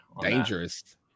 Dangerous